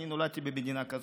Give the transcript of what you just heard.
אני נולדתי במדינה כזאת,